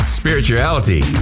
spirituality